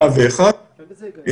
לא הסתדרתי.